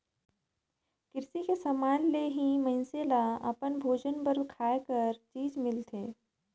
किरसी के समान ले ही मइनसे ल अपन भोजन बर खाए कर चीज मिलथे